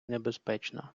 небезпечно